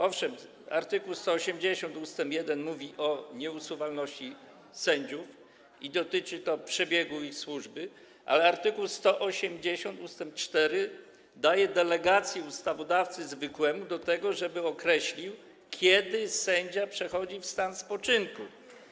Owszem, art. 180 ust. 1 mówi o nieusuwalności sędziów i dotyczy to przebiegu ich służby, ale art. 180 ust. 4 daje ustawodawcy zwykłemu delegację do tego, żeby określił, kiedy sędzia przechodzi w stan spoczynku.